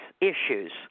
issues